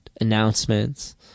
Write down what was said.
announcements